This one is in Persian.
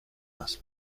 وصل